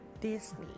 Disney